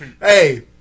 Hey